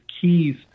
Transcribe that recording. keys